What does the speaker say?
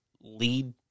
lead